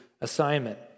assignment